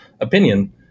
opinion